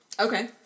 Okay